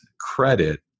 credit